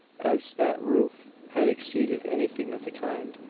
as that roof had exceeded anything of the kind.